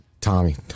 Tommy